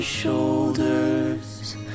Shoulders